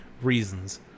reasons